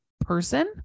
person